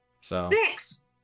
six